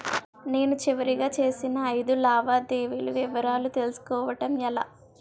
నేను చివరిగా చేసిన ఐదు లావాదేవీల వివరాలు తెలుసుకోవటం ఎలా?